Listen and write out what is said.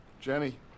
Jenny